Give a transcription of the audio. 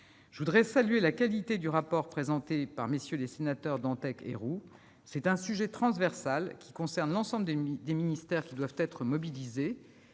Je tiens à saluer la qualité du rapport présenté par MM. les sénateurs Dantec et Roux. C'est un sujet transversal qui concerne l'ensemble des ministères ; ils doivent naturellement